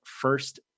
first